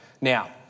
Now